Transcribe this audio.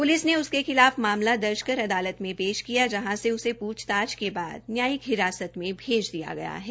police ने इसके खिलाफ मामला दर्ज कर अदालत में पेश किया जहां से उसे पूछताछ के बाद न्यायिक हिरासत में भेज दिया गया है